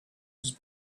his